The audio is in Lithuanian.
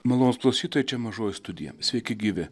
malonūs klausytojai čia mažoji studija sveiki gyvi